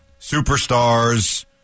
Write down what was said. superstars